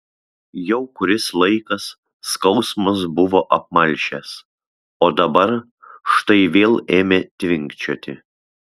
jau kuris laikas skausmas buvo apmalšęs o dabar štai vėl ėmė tvinkčioti